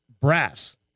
brass